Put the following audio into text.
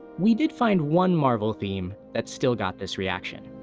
we did find one marvel theme that still got this reaction